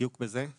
בדיוק בזה?